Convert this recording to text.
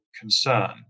concern